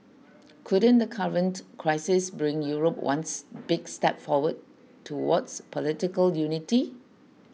couldn't the current crisis bring Europe ones big step forward towards political unity